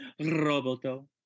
Roboto